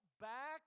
back